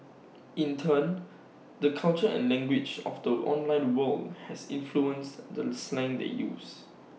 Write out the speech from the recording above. in turn the culture and language of the online world has influenced the slang they use